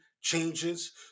changes